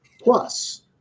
plus